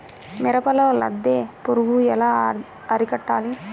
మిరపలో లద్దె పురుగు ఎలా అరికట్టాలి?